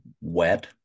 wet